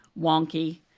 wonky